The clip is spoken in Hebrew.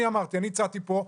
אני הצעתי פה,